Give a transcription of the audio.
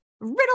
Riddle